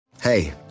hey